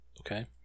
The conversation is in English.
Okay